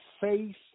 faith